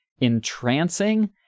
entrancing